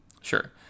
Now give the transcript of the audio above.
Sure